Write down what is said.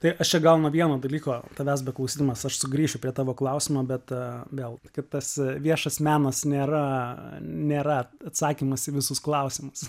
tai aš čia gal nuo vieno dalyko tavęs beklausydamas aš sugrįšiu prie tavo klausimo bet vėl kaip tas viešas menas nėra nėra atsakymas į visus klausimus